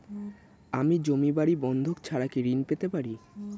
আমি জমি বাড়ি বন্ধক ছাড়া কি ঋণ পেতে পারি?